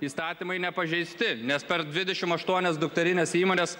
įstatymai nepažeisti nes per dvidešim aštuonias dukterines įmones